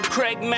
Craig